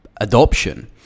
adoption